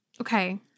Okay